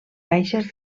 caixes